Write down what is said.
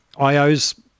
IOs